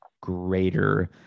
greater